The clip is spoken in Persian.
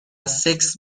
سکس